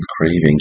craving